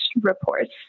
reports